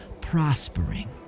prospering